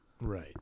Right